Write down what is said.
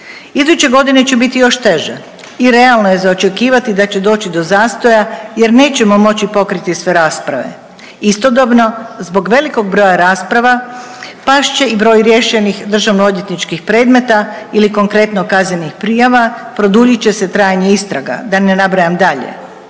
Iduće godine će biti još teže i realno je za očekivati da će doći do zastoja, jer nećemo moći pokriti sve rasprave. Istodobno zbog velikog broja rasprava past će i broj riješenih državnoodvjetničkih predmeta ili konkretno kaznenih prijava, produljit će se trajanje istraga, da ne nabrajam dalje.